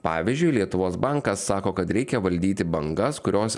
pavyzdžiui lietuvos bankas sako kad reikia valdyti bangas kurios